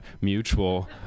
mutual